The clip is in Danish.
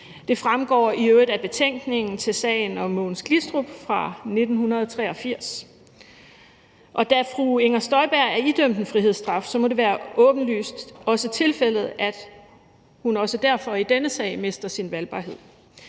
Det fremgår i øvrigt af betænkningen til sagen om Mogens Glistrup fra 1983. Da fru Inger Støjberg er idømt en frihedsstraf, må det åbenlyst være tilfældet, at hun også derfor i denne sag mister sin valgbarhed.